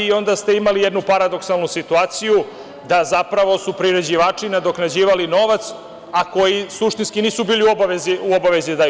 Onda ste imali jednu paradoksalnu situaciju da zapravo su priređivači nadoknađivali novac, a koji suštinski nisu bili u obavezi da daju.